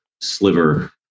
sliver